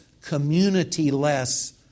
community-less